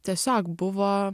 tiesiog buvo